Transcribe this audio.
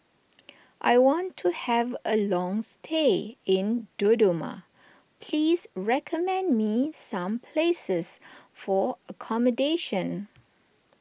I want to have a long stay in Dodoma please recommend me some places for accommodation